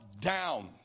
down